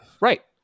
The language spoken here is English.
right